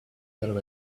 yellow